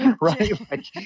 Right